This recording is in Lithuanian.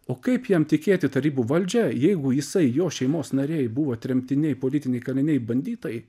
o kaip jam tikėti tarybų valdžia jeigu jisai jo šeimos nariai buvo tremtiniai politiniai kaliniai banditai